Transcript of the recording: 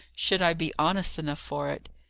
should i be honest enough for it?